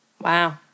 Wow